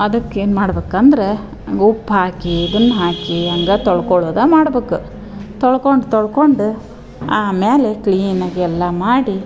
ಅದಕ್ಕೆ ಏನು ಮಾಡ್ಬೇಕ್ ಅಂದರೆ ಉಪ್ಪು ಹಾಕಿ ಇದನ್ನು ಹಾಕಿ ಹಂಗ ತೊಳ್ಕೊಳ್ಳೋದೇ ಮಾಡ್ಬೇಕು ತೊಳ್ಕೊಂಡು ತೊಳ್ಕೊಂಡು ಆಮೇಲೆ ಕ್ಲೀನಗೆಲ್ಲ ಮಾಡಿ